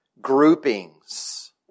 groupings